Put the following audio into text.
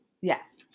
Yes